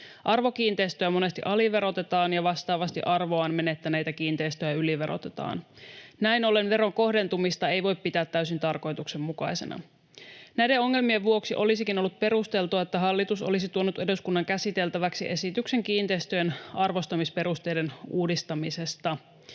Arvokiinteistöjä monesti aliverotetaan ja vastaavasti arvoaan menettäneitä kiinteistöjä yliverotetaan. Näin ollen veron kohdentumista ei voi pitää täysin tarkoituksenmukaisena. Näiden ongelmien vuoksi olisikin ollut perusteltua, että hallitus olisi tuonut eduskunnan käsiteltäväksi esityksen kiinteistöjen arvostamisperusteiden uudistamisesta.